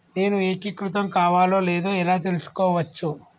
నేను ఏకీకృతం కావాలో లేదో ఎలా తెలుసుకోవచ్చు?